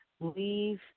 leave